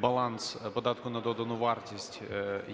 баланс податку на додану вартість